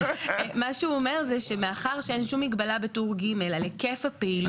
מה שהוא אומר זה שמאחר ואין שום מגבלה בטור ג' על היקף הפעילות,